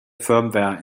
firmware